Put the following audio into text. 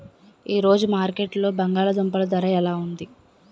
ఈ రోజు మార్కెట్లో బంగాళ దుంపలు ధర ఎలా ఉంది?